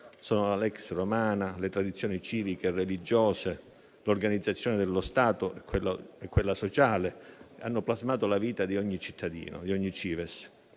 sono la *lex romana,* le tradizioni civiche e religiose, l'organizzazione dello Stato e quella sociale che hanno plasmato la vita di ogni cittadino, di ogni *cives*.